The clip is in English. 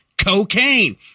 Cocaine